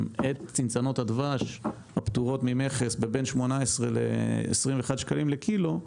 את צנצנות הדבש הפטורות ממכס בבין 18 ל-21 שקלים לקילו,